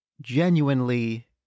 genuinely